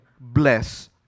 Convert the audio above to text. bless